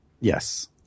Yes